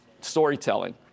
storytelling